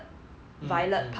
mm mm